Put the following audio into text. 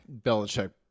Belichick